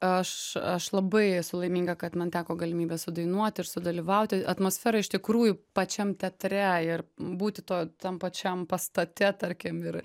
aš aš labai esu laiminga kad man teko galimybė sudainuot ir sudalyvauti atmosfera iš tikrųjų pačiam teatre ir būti to tam pačiam pastate tarkim ir